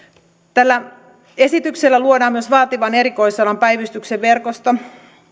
tällä esityksellä luodaan myös vaativan erikoisalan päivystyksen verkosto